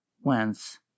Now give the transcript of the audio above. whence